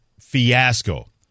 Fiasco